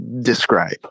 describe